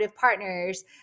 partners